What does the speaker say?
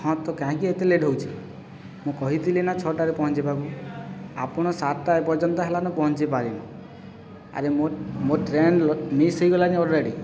ହଁ ତ କାହିଁକି ଏତେ ଲେଟ୍ ହେଉଛି ମୁଁ କହିଥିଲି ନା ଛଅଟାରେ ପହଞ୍ଚିବାକୁ ଆପଣ ସାତଟା ଏ ପର୍ଯ୍ୟନ୍ତ ହେଲାନ ପହଞ୍ଚି ପାରିନୁ ଆରେ ମୋ ମୋ ଟ୍ରେନ୍ ମିସ୍ ହେଇଗଲାଣି ଅଲରେଡ଼ି